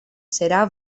serà